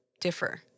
differ